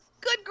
Good